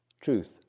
truth